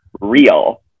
real